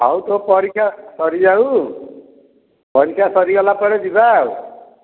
ହଉ ତୋ ପରୀକ୍ଷା ସରିଯାଉ ପରୀକ୍ଷା ସରିଗଲା ପରେ ଯିବା ଆଉ